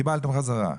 קיבלתם חזרה,